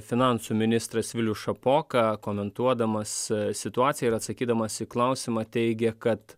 finansų ministras vilius šapoka komentuodamas situaciją ir atsakydamas į klausimą teigė kad